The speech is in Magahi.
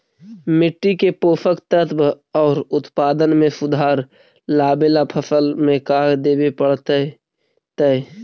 मिट्टी के पोषक तत्त्व और उत्पादन में सुधार लावे ला फसल में का देबे पड़तै तै?